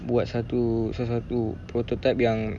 buat satu sesuatu prototype yang